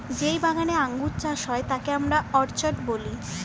যেই বাগানে আঙ্গুর চাষ হয় তাকে আমরা অর্চার্ড বলি